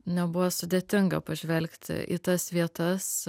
nebuvo sudėtinga pažvelgti į tas vietas